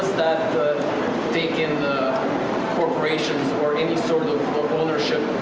that take in corporations or any sort of ownership